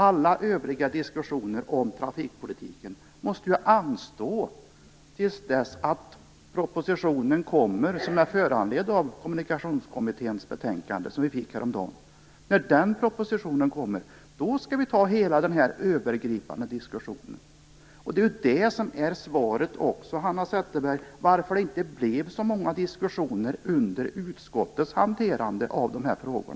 Alla övriga diskussioner om trafikpolitiken måste anstå till dess att propositionen läggs fram, som är föranledd av Kommunikationskommitténs betänkande som vi fick häromdagen. När propositionen kommer skall vi föra hela den övergripande diskussionen. Det är detta som också är svaret, Hanna Zetterberg, på frågan om varför det inte blev så många diskussioner under utskottets hantering av dessa frågor.